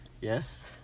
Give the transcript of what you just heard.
Yes